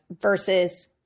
versus